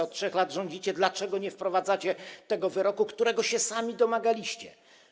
Od 3 lat rządzicie, dlaczego nie wprowadzacie tego wyroku, którego sami się domagaliście?